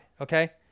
okay